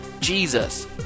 Jesus